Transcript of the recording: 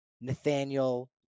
nathaniel